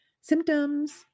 symptoms